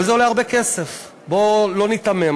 אבל זה עולה הרבה כסף, בואו לא ניתמם.